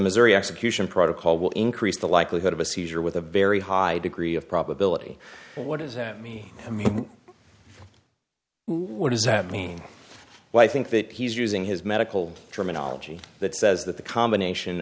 missouri execution protocol will increase the likelihood of a seizure with a very high degree of probability what is that me i mean what does that mean when i think that he's using his medical terminology that says that the combination